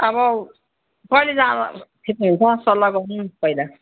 अब कहिले जाँदा ठिक हुन्छ सल्लाह गरौँ न पहिला